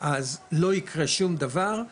אז לא יקרה שום דבר,